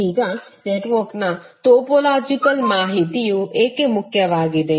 ಈಗ ನೆಟ್ವರ್ಕ್ನ ಟೊಪೊಲಾಜಿಕಲ್ ಮಾಹಿತಿಯು ಏಕೆ ಮುಖ್ಯವಾಗಿದೆ